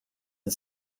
and